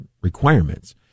requirements